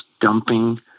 dumping